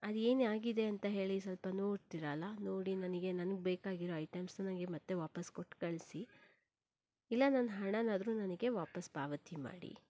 ಅದು ಏನು ಆಗಿದೆ ಅಂತ ಹೇಳಿ ಸ್ವಲ್ಪ ನೋಡ್ತಿರಲ್ಲಾ ನೋಡಿ ನನಗೆ ನನ್ಗೆ ಬೇಕಾಗಿರೊ ಐಟಮ್ಸ್ ನನಗೆ ಮತ್ತೆ ವಾಪಸ್ಸು ಕೊಟ್ಟು ಕಳಿಸಿ ಇಲ್ಲ ನನ್ನ ಹಣನಾದರೂ ನನಗೆ ವಾಪಸ್ಸು ಪಾವತಿ ಮಾಡಿ